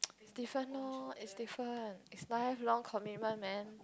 this one lor it's different it's life long commitment man